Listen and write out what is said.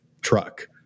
truck